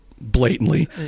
blatantly